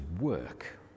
work